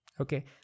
Okay